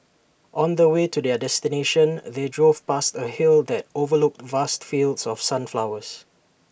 on the way to their destination they drove past A hill that overlooked vast fields of sunflowers